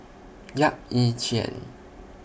Yap Ee Chian